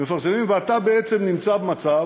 מפרסמים, ואתה בעצם נמצא במצב